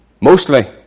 Mostly